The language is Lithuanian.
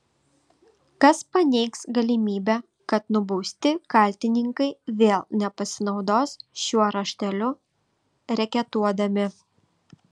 kas paneigs galimybę kad nubausti kaltininkai vėl nepasinaudos šiuo rašteliu reketuodami